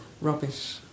rubbish